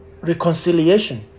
reconciliation